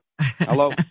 Hello